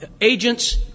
agents